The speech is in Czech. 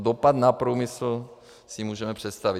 Dopad na průmysl si můžeme představit.